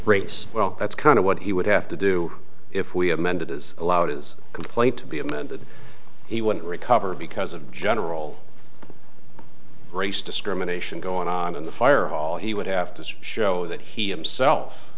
race well that's kind of what he would have to do if we have amended is allowed his complaint to be amended he won't recover because of general race discrimination going on in the fire hall he would have to show that he himself